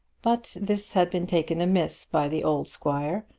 but this had been taken amiss by the old squire,